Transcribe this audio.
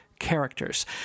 characters